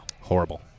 Horrible